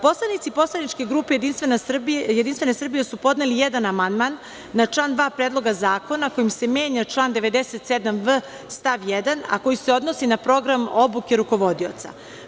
Poslanici poslaničke grupe Jedinstvena Srbije su podneli jedan amandman na član 2. Predloga zakona kojim se menja član 97v stav 1. a koji se odnosi na program obuke rukovodioca.